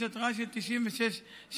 יש התראה של 96 שעות.